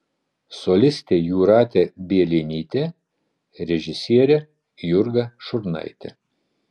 solistė jūratė bielinytė režisierė jurga šurnaitė